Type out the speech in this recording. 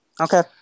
Okay